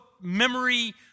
memory